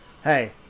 Hey